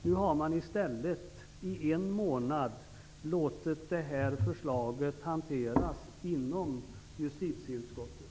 Nu har man i stället i en månad låtit förslaget hanteras inom justitieutskottet.